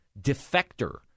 defector